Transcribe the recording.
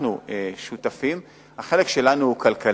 אנחנו שותפים, החלק שלנו הוא כלכלי.